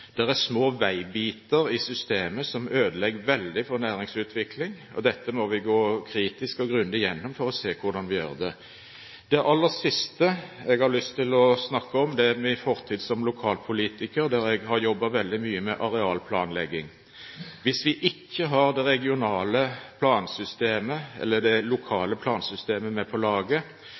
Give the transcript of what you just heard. er små veibiter i systemet som ødelegger veldig for næringsutvikling, og vi må gå kritisk og grundig igjennom dette for å se hvordan vi skal gjøre det. Det aller siste jeg har lyst til å snakke om, er min fortid som lokalpolitiker, der jeg jobbet veldig mye med arealplanlegging. Hvis vi ikke har det regionale og det lokale plansystemet med på laget,